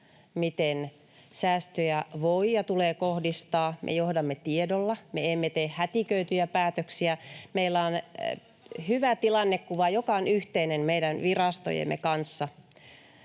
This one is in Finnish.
miten säästöjä voi ja tulee kohdistaa. Me johdamme tiedolla. Me emme tee hätiköityjä päätöksiä. Meillä on hyvä tilannekuva, joka on yhteinen meidän virastojemme kanssa.